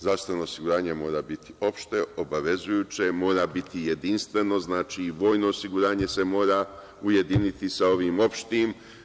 Zdravstveno osiguranje mora biti opšte, obavezujuće, mora biti jedinstveno, znači i vojno osiguranje se mora ujediniti sa ovim opštim.